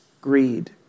greed